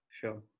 Sure